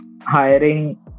hiring